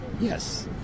Yes